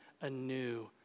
anew